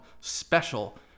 special